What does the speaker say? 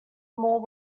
more